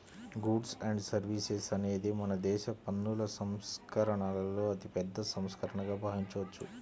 goods and services అనేది మనదేశ పన్నుల సంస్కరణలలో అతిపెద్ద సంస్కరణగా భావించవచ్చు